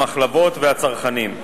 המחלבות והצרכנים.